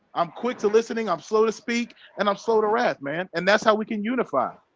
i'm quick to listening. i'm slow to speak and i'm slow to wrath man and that's how we can unify